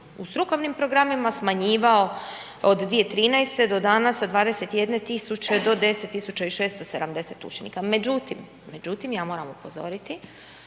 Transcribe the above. u strukovnim programima smanjivao od 2013. do danas sa 21 tisuće do 10 670 učenika. Međutim, međutim, ja moram upozoriti,